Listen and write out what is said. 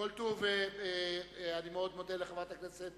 אני מאוד מודה לחברת הכנסת